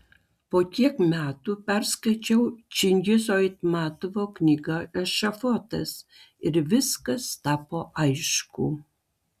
po kiek metų perskaičiau čingizo aitmatovo knygą ešafotas ir viskas tapo aišku